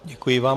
Děkuji vám.